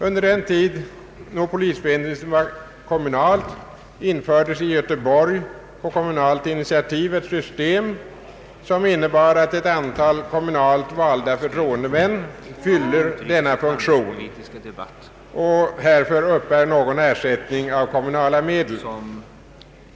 Under den tid polisväsendet var kommunalt infördes i Göteborg på kommunalt initiativ ett system som innebär att ett antal kommunalt valda förtroendemän fyller denna funktion och härför uppbär någon ersättning av kommunala medel.